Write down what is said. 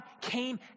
came